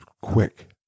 quick